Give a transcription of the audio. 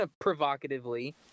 provocatively